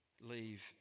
leave